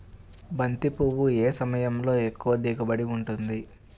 బంతి పువ్వు ఏ సమయంలో ఎక్కువ దిగుబడి ఉంటుంది?